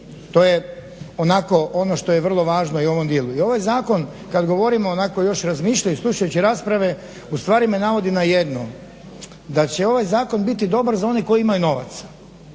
To je onako ono što je vrlo važno i u ovom dijelu. I ovaj zakon kad govorimo onako još razmišljajući i slušajući rasprave ustvari me navodi na jedno, da će ovaj zakon biti dobar za one koji imaju novaca,